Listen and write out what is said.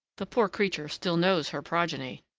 the poor creature still knows her progeny,